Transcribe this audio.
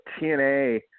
TNA